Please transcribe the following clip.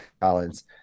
Collins